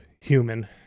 human